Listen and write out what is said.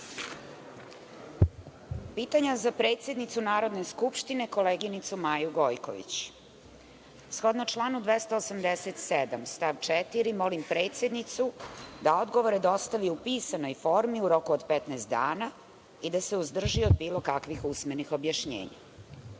Hvala. Pitanje za predsednicu Narodne skupštine, koleginicu Maju Gojković. Shodno članu 287. stav 4, molim predsednicu da odgovore dostavi u pisanoj formi u roku od 15 dana i da se uzdrži od bilo kakvih usmenih objašnjenja.Zašto